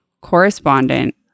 correspondent